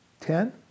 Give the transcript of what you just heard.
Ten